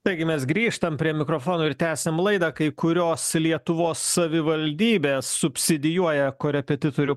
taigi mes grįžtam prie mikrofono ir tęsiame laidą kai kurios lietuvos savivaldybės subsidijuoja korepetitorių paslaugas